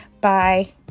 Bye